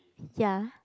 ya